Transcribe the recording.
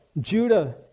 Judah